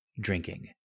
drinking